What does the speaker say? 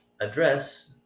address